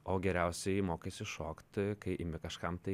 o geriausiai mokaisi šokt kai imi kažkam tai